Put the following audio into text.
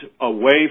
away